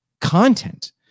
content